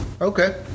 Okay